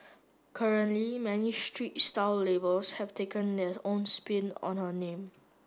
currently many street style labels have taken their own spin on her name